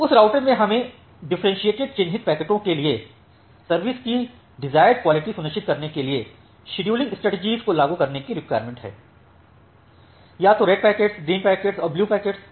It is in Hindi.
उस राउटर में हमें डिफरेंट चिह्नित पैकेटों के लिए सर्विस की डिजायर्ड क्वालिटी सुनिश्चित करने के लिए शेड्यूलिंग स्ट्रेटजी को लागू करने की रिक्वायरमेंट है या तो रेड पैकेट्स ग्रीन पैकेट्स और ब्लू पैकेट्स